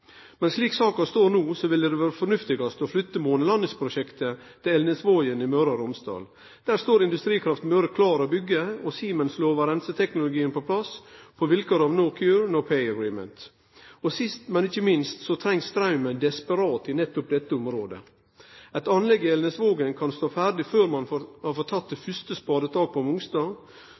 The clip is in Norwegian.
Men slik saka står no, ville det mest fornuftige vere å flytte månelandingsprosjektet til Elnesvågen i Møre og Romsdal. Der står Industrikraft Møre klar til å byggje, og Siemens lovar reinseteknologien på plass på vilkår av «no cure, no pay agreement». Sist, men ikkje minst, trengst straumen desperat i dette området. Eit anlegg i Elnesvågen kan stå ferdig før ein har fått teke det fyrste spadetaket på Mongstad,